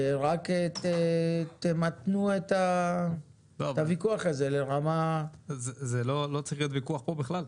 רק תמתנו את הוויכוח הזה לרמה --- זה לא צריך להיות ויכוח פה בכלל.